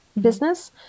business